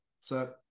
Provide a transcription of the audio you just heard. So-